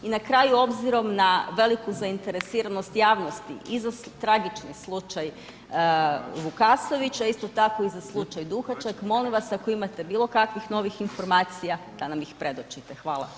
I na kraju obzirom na veliku zainteresiranost javnosti i za tragični slučaj Vukasović, a isto tako i za slučaj Duhaček molim vas ako imate bilo kakvih novih informacija da nam ih predočite.